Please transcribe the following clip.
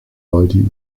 ideas